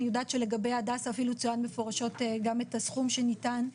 אני יודעת שלגבי הדסה אפילו צוין מפורשות גם את הסכום שניתן.